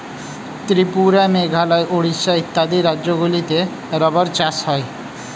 ত্রিপুরা, মেঘালয়, উড়িষ্যা ইত্যাদি রাজ্যগুলিতে রাবার চাষ হয়